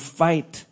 fight